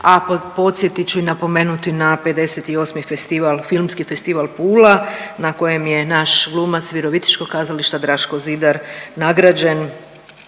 a podsjetit ću i napomenuti na 58. festival, Filmski festival Pula na kojem je naš glumac Virovitičkog kazališta Draško Zidar nagrađen